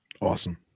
Awesome